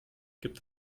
gibt